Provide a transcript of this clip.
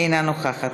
אינה נוכחת.